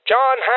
John